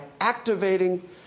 activating